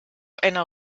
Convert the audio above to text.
einer